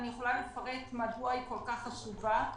אני יכולה לפרט מדוע היא כל-כך חשובה.